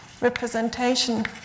representation